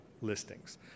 listings